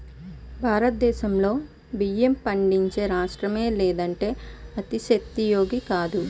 భారతదేశంలో బియ్యం పండించని రాష్ట్రమే లేదంటే అతిశయోక్తి కాదు